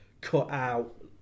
cut-out